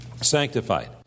sanctified